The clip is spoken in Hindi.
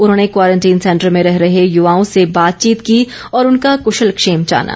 उन्होंने क्वारंटीन सेंटर में रह रहे युवाओं से बातचीत की और उनका कशल क्षेम जाना